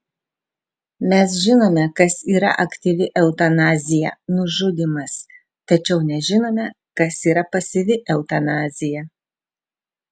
mes žinome kas yra aktyvi eutanazija nužudymas tačiau nežinome kas yra pasyvi eutanazija